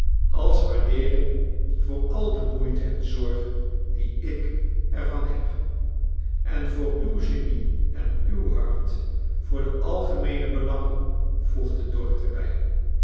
als waardeering voor al de moeite en zorg die ik er van heb en voor uw genie en uw hart voor de algemeene belangen voegde dorrit er